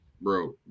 bro